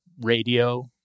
radio